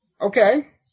Okay